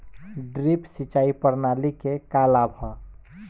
Drip सिंचाई प्रणाली के का लाभ ह?